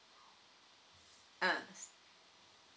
ah